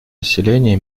населения